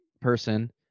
person